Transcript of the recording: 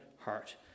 heart